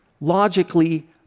logically